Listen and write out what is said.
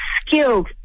skilled